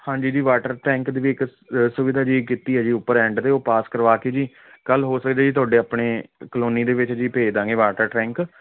ਹਾਂਜੀ ਜੀ water tank ਦੀ ਵੀ ਇੱਕ ਸੁਵਿਧਾ ਜੀ ਕੀਤੀ ਹੈ ਜੀ ਉੱਪਰ ਐਂਡ 'ਤੇ ਉਹ ਪਾਸ ਕਰਵਾ ਕੇ ਜੀ ਕੱਲ੍ਹ ਹੋ ਸਕਦਾ ਜੀ ਤੁਹਾਡੇ ਆਪਣੇ ਕਲੋਨੀ ਦੇ ਵਿੱਚ ਜੀ ਭੇਜ ਦਾਂਗੇ ਵਾਟਰ ਟੈਂਕ